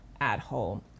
at-home